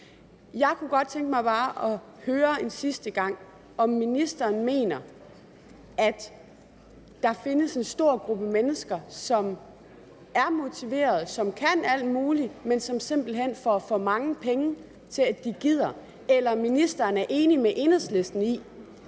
Jeg kunne godt tænke mig bare at høre en sidste gang, om ministeren mener, at der findes en stor gruppe mennesker, som er motiverede, som kan alt muligt, men som simpelt hen får for mange penge til, at de gider, eller om ministeren er enig med Enhedslisten i,